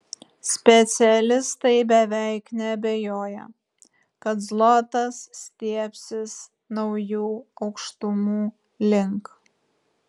specialistai beveik neabejoja kad zlotas stiebsis naujų aukštumų link